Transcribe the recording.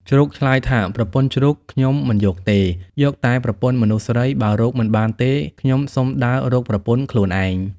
ជ្រូកឆ្លើយថា ប្រពន្ធជ្រូក ខ្ញុំមិនយកទេ យកតែប្រពន្ធមនុស្សស្រី បើរកមិនបានទេ ខ្ញុំសុំដើររកប្រពន្ធខ្លួនឯង។